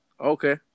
okay